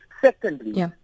Secondly